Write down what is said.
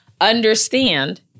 Understand